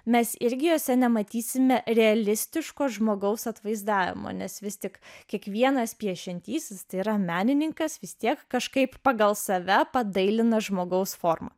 mes irgi jose nematysime realistiško žmogaus atvaizdavimo nes vis tik kiekvienas piešiantysis tai yra menininkas vis tiek kažkaip pagal save padailina žmogaus formą